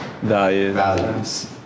values